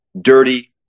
dirty